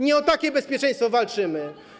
Nie o takie bezpieczeństwo walczymy.